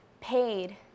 paid